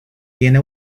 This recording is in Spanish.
tiene